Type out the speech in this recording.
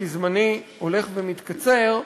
כי זמני הולך ומתקצר,